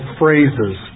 phrases